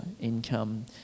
income